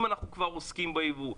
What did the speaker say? אם אנחנו כבר עוסקים בייבוא.